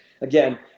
again